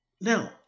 Now